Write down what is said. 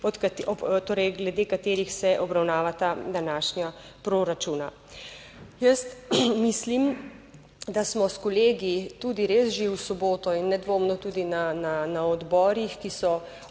torej glede katerih se obravnavata današnja proračuna. Jaz mislim, da smo s kolegi tudi res že v soboto in nedvomno tudi na odborih, ki so obravnavali